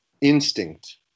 instinct